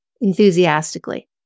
enthusiastically